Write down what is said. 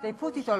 אני בעדם,